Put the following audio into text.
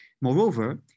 Moreover